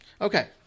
Okay